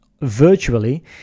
virtually